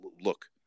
look